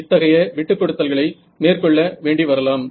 இத்தகைய விட்டுக்கொடுத்தல்களை மேற்கொள்ள வேண்டி வரலாம்